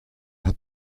hat